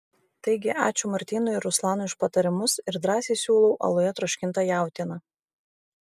taigi ačiū martynui ir ruslanui už patarimus ir drąsiai siūlau aluje troškintą jautieną